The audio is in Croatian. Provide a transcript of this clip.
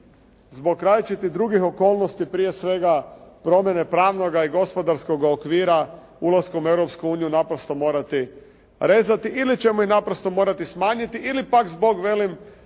razumije./… drugih okolnosti prije svega, promjene pravnoga i gospodarskoga okvira, ulaskom u Europsku uniju naprosto morati rezati ili ćemo ih naprosto morati smanjiti ili pak zbog velim promjene